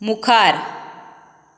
मुखार